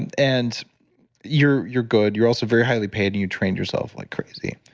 and and you're you're good. you're also very highly paid and you trained yourself like crazy.